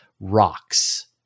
rocks